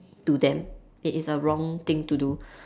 to them it is a wrong thing to do